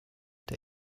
der